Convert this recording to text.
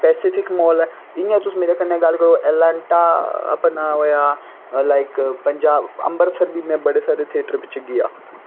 Pacific mall ऐ इ'यां तुस मेरै कन्नै गल्ल करो ऐलांटा अपना ओह् होएआ लाईक पंजाब अम्बरसर बी में बड़े सारे थियेटर बिच्च गेआ